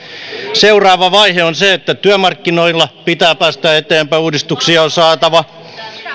seuraava vaihe on se että työmarkkinoilla pitää päästä eteenpäin uudistuksia on saatava